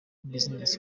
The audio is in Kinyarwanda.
business